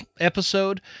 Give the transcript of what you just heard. episode